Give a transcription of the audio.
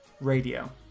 Radio